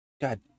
God